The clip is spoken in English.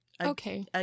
Okay